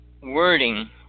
Wording